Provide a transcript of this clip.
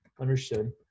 Understood